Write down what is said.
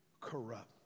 corrupt